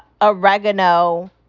oregano